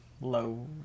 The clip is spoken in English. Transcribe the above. low